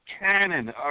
cannon